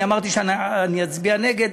ואמרתי שאני אצביע נגד.